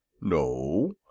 No